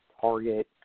target